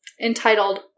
entitled